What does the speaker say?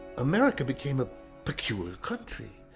america became a peculiar country.